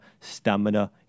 stamina